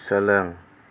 सोलों